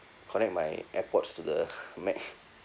connect my airpods to the mac